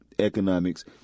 economics